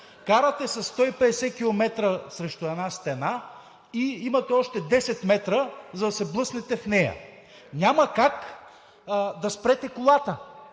Карате със 150 км срещу една стена и имате още 10 м, за да се блъснете в нея – няма как да спрете колата.